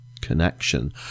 connection